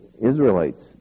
Israelites